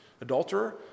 adulterer